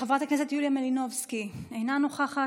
חברת הכנסת יוליה מלינובסקי, אינה נוכחת.